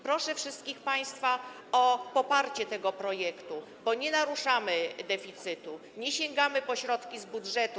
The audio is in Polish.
Proszę wszystkich państwa o poparcie tego projektu, bo nie naruszamy deficytu, nie sięgamy po środki z budżetu.